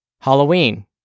Halloween